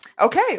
okay